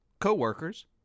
co-workers